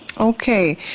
Okay